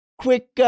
Quick